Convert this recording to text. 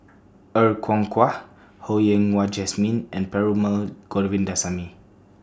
Er Kwong Wah Ho Yen Wah Jesmine and Perumal Govindaswamy